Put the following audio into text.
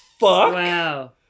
Wow